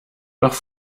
noch